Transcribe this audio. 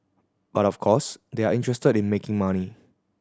but of course they are interested in making money